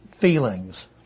feelings